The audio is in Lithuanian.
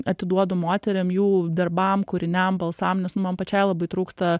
atiduodu moterim jų darbam kūriniam balsam nes nu man pačiai labai trūksta